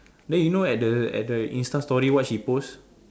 then you know at the at the Insta story what she post